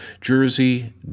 Jersey